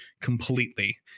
completely